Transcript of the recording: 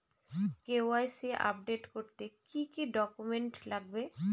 KYC update করতে কি কি ডকুমেন্টস লাগবে?